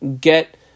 get